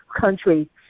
country